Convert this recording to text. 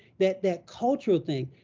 that that cultural thing.